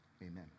Amen